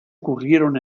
ocurrieron